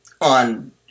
on